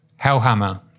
Hellhammer